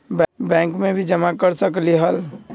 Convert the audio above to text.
Bank में भी जमा कर सकलीहल?